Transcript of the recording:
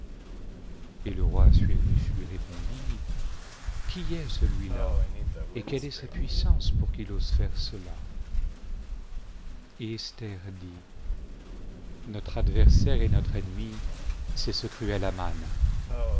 et le roi assuérus lui répondit qui est celui-là et quelle est sa puissance pour qu'il ose faiie cela g et esther dit notre adversaire et notre ennemi c'est ce cruel